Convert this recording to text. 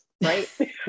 right